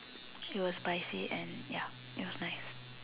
it was spicy and ya it was nice